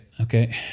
Okay